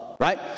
right